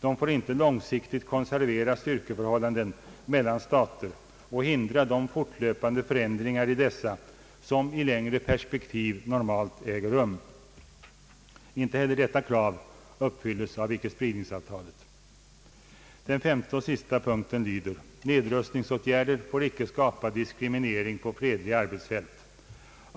De får inte långsiktigt konservera styrkeförhållanden mellan stater och hindra de fortlöpande förändring ar i dessa som i längre perspektiv normalt äger rum.» Inte heller detta krav uppfylles av icke-spridningsavtalet. Den femte och sista punkten lyder: »Nedrustningsåtgärder får icke skapa diskriminering på fredliga arbetsfält.